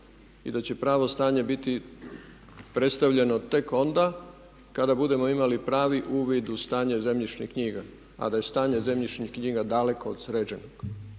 i da će pravo stanje biti predstavljeno tek onda kada budemo imali pravi uvid u stanje zemljišnih knjiga, mada je stanje zemljišnih knjiga daleko od sređenog.